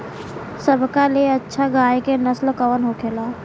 सबका ले अच्छा गाय के नस्ल कवन होखेला?